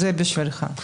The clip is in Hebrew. זה בשבילך.